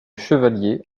chevaliers